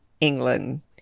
England